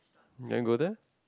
you want to go there